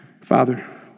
Father